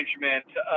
management